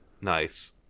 Nice